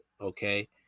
Okay